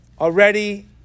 already